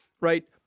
right